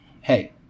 hey